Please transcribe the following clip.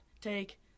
take